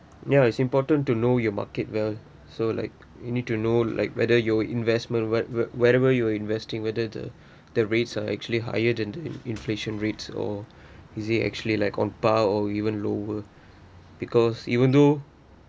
ya it's important to know your market well so like you need to know like whether your investment what~ whatever you're investing whether the the rates are actually higher than the inflation rates or is it actually like compounded or even lower because even though